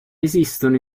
esistono